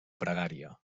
pregària